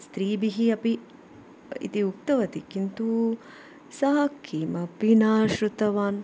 स्त्रीभिः अपि इति उक्तवती किन्तु सः किमपि न श्रुतवान्